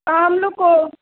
ہاں ہم لوگ کو